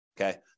okay